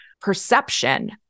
perception